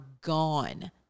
gone